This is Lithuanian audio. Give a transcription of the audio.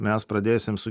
mes pradėsim su